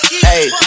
hey